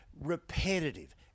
repetitive